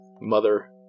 mother